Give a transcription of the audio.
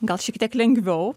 gal šiek tiek lengviau